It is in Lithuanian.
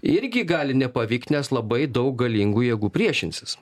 irgi gali nepavykt nes labai daug galingų jėgų priešinsis